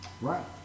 Right